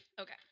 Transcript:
Okay